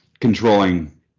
controlling